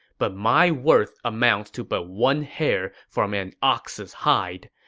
but my worth amounts to but one hair from an ox's hide.